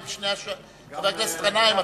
חבר הכנסת גנאים,